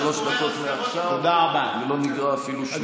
יש לך שלוש דקות מעכשיו, ולא נגרע אפילו שנייה.